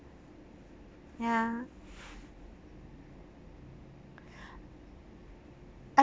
ya I